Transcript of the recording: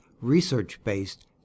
research-based